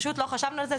פשוט לא חשבנו על זה,